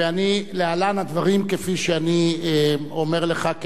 להלן הדברים כפי שאני אומר לך כהחלטה.